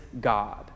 God